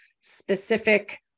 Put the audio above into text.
specific